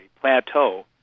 plateau